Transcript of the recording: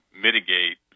mitigate